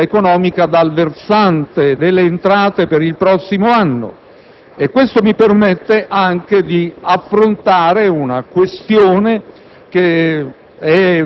della politica economica dal versante delle entrate per il prossimo anno nonché di affrontare la questione